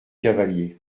cavaliers